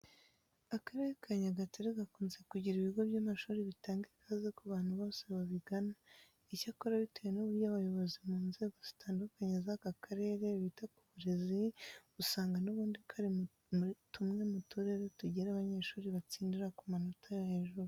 Akarere ka Nyagatare gakunze kugira ibigo by'amashuri bitanga ikaze ku bantu bose babigana. Icyakora bitewe n'uburyo abayobozi mu nzego zitandukanye z'aka karere bita ku burezi, usanga n'ubundi kari muri tumwe mu turere tugira abanyeshuri batsindira ku manota yo hejuru.